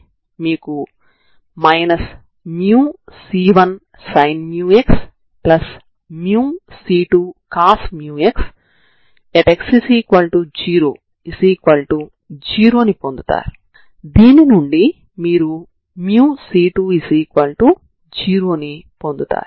అలా చేస్తే మీరు దీనిని త్రిభుజం అని చూడవచ్చు దీనిలోనే మీరు సమాకలనం చేయాలనుకుంటున్నారు